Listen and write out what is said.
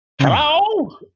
Hello